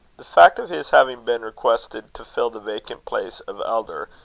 the fact of his having been requested to fill the vacant place of elder,